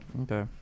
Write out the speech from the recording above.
Okay